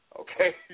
Okay